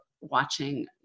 watching